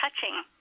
touching